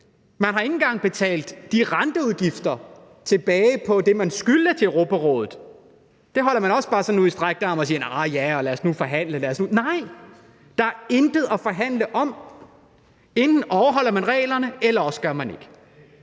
Man har ikke engang betalt de renteudgifter tilbage på det, man skyldte Europarådet. Det holder man også sådan bare ud i strakt arm og siger: Arh, ja, lad os nu forhandle. Nej! Der er intet at forhandle om – enten overholder man reglerne, eller også gør man ikke.